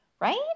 right